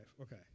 Okay